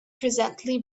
presently